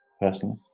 personally